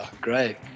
great